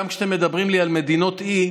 גם כשאתם מדברים לי על מדינות אי,